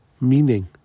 Meaning